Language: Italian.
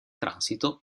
transito